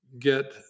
get